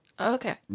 Okay